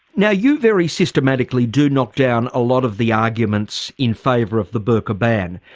now you very systematically do knock down a lot of the arguments in favour of the burqa ban.